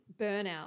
burnout